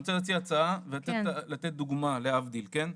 אני רוצה להציע הצעה ולתת דוגמא להבדיל, כן?